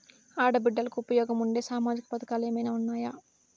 ఆడ బిడ్డలకు ఉపయోగం ఉండే సామాజిక పథకాలు ఏమైనా ఉన్నాయా?